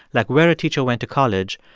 like where a teacher went to college,